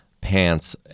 pants